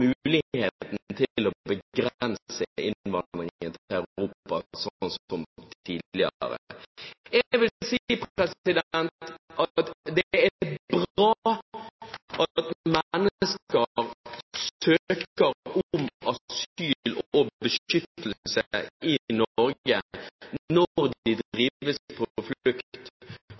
muligheten til å begrense innvandringen til Europa, slik som tidligere? Jeg vil si at det er bra at mennesker søker om asyl og beskyttelse i Norge når de drives på flukt